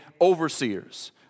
overseers